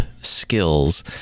skills